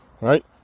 Right